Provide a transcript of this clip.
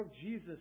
Jesus